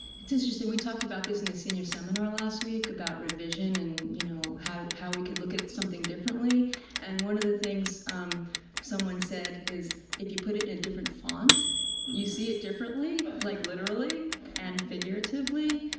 it's interesting, we talked about this in the senior seminar last week about revision and you know how how we can look at something differently and one of the things someone said is if you put it in a different font you see it differently, like literally and figuratively.